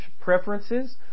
preferences